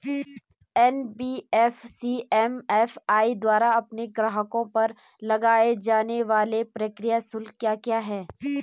NBFC MFI द्वारा अपने ग्राहकों पर लगाए जाने वाले प्रक्रिया शुल्क क्या क्या हैं?